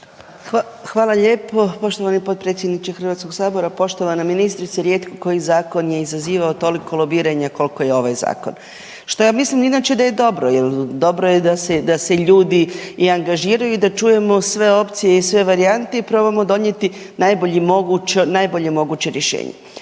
Hvala lijepo poštovani potpredsjedniče HS. Poštovana ministrice rijetko koji zakon je izazivao toliko lobiranja koliko je ovaj zakon, što ja mislim inače da je dobro jel dobro je da se, da se ljudi i angažiraju i da čujemo sve opcije i sve varijante i probamo donijeti najbolje moguće rješenje.